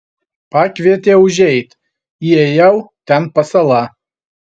pakvietė užeit įėjau ten pasala